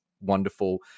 wonderful